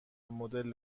مدل